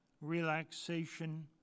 relaxation